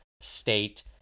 State